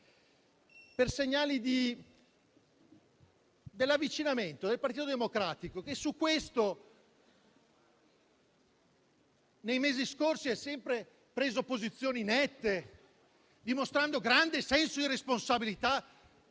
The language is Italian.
dell'avvicinamento del Partito Democratico, che su questo punto nei mesi scorsi ha sempre preso posizioni nette, dimostrando grande senso di responsabilità